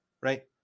Right